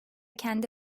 kendi